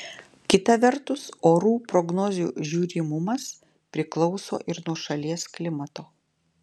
kita vertus orų prognozių žiūrimumas priklauso ir nuo šalies klimato